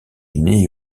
unis